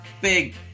big